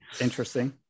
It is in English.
Interesting